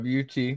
WT